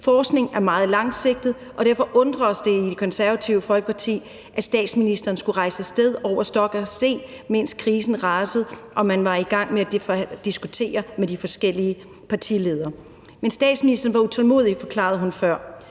Forskning er meget langsigtet, og derfor undrer det os i Det Konservative Folkeparti, at statsministeren skulle rejse af sted over stok og sten, mens krisen rasede og man var i gang med at diskutere med de forskellige partiledere. Statsministeren var utålmodig, forklarede hun før.